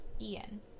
Ian